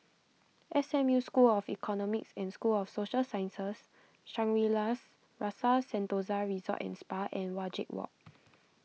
S M U School of Economics and School of Social Sciences Shangri La's Rasa Sentosa Resort and Spa and Wajek Walk